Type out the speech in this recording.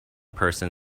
person